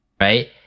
right